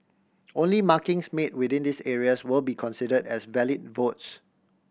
only markings made within these areas will be consider as valid votes